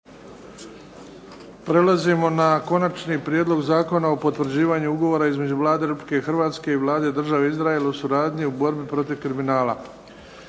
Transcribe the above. kolege. Evo Konačni prijedlog Zakona o potvrđivanju Ugovora između Vlade Republike Hrvatske i Vlade Države Izrael o suradnji u borbi protiv kriminala